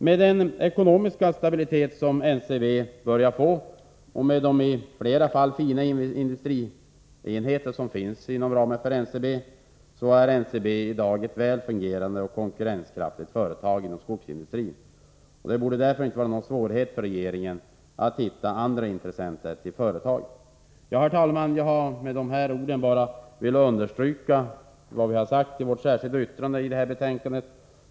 Med den ekonomiska stabilitet som det börjar få och med de i flera fall fina industrienheter som ingår är NCB i dag ett väl fungerande och konkurrenskraftigt företag inom skogsindustrin. Det borde därför inte vara någon svårighet för regeringen att hitta andra intressenter till företaget. Herr talman! Jag har med dessa ord bara velat understryka vad vi har sagt i vårt särskilda yttrande i detta betänkande.